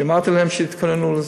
אמרתי להם שיתכוננו לזה,